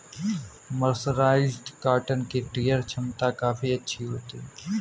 mercerised cotton की tear छमता काफी अच्छी होती है